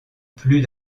plus